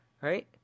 Right